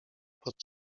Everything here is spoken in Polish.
pod